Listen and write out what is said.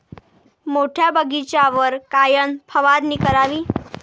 मोठ्या बगीचावर कायन फवारनी करावी?